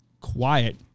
quiet